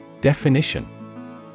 Definition